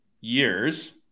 years